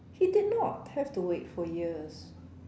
he did not have to wait for years